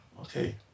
Okay